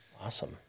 awesome